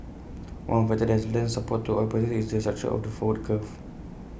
one factor that has lent support to oil prices is the structure of the forward curve